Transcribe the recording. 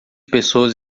pessoas